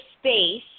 space